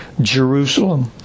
Jerusalem